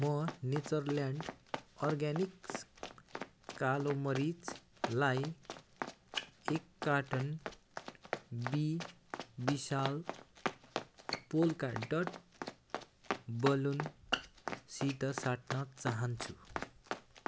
म Natureland Organics कालो मरिचलाई एक कार्टुन बी विशाल पोल्का डट बलुनसित साट्न चाहन्छु